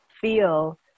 feel